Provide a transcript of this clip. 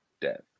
death